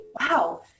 wow